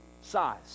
size